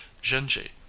genji